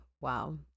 wow